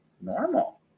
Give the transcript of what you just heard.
normal